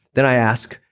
then i ask,